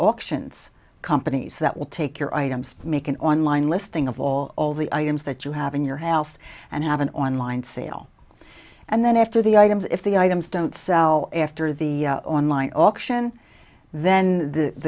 auctions companies that will take your items make an online listing of all all the items that you have in your house and have an online sale and then after the items if the items don't sell after the online auction then the